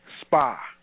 Spa